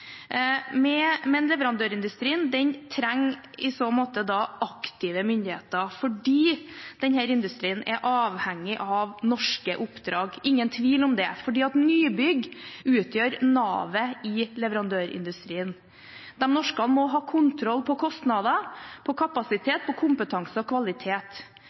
Leverandørindustrien trenger i så måte aktive myndigheter fordi denne industrien er avhengig av norske oppdrag. Det er ingen tvil om det, for nybygg utgjør navet i leverandørindustrien. De norske må ha kontroll på kostnader, på kapasitet, på kompetanse og på kvalitet,